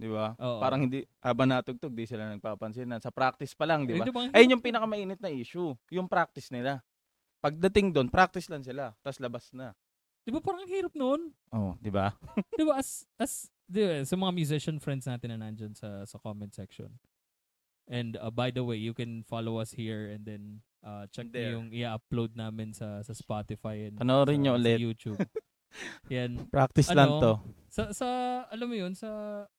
Di ba? Oo. Parang hindi- habang natugtog, di sila nagpapansin. Nasa practice pa lang, Eh, di ba? di ba, ang Ayun hirap yung nun? pinakamainit na issue, yung practice nila. Pagdating dun, practice lang sila, tas labas na. Di ba, parang ang hirap nun? Oh, di ba? Di ba, as- as- di ba, sa mga musician friends natin na nandyan sa- sa comment section. And, uh, by the way, you can follow us here and then, uh, check niyo There. yung i-upload namin sa- sa Spotify and Panoorin niyo sa- sa ulit. YouTube. Yan. Practice lang Ano, to. sa- sa- alam mo yun, sa-